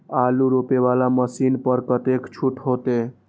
आलू रोपे वाला मशीन पर कतेक छूट होते?